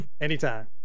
Anytime